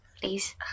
Please